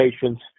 patients